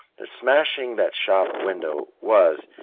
that smashing that shop window was,